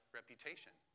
reputation